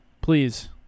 Please